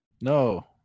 No